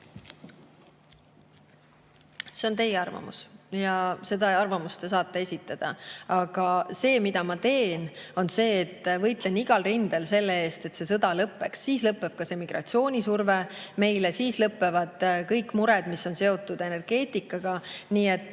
See on teie arvamus ja seda arvamust te saate esitada. Aga see, mida ma teen, on see, et ma võitlen igal rindel selle eest, et see sõda lõppeks. Siis lõpeb ka see migratsioonisurve meile, siis lõpevad kõik mured, mis on seotud energeetikaga. Nii et